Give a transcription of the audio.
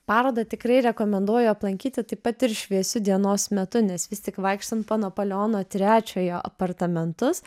parodą tikrai rekomenduoju aplankyti taip pat ir šviesiu dienos metu nes vis tik vaikštant po napaleono trečiojo apartamentus